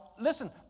Listen